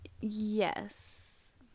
Yes